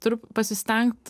turiu pasistengt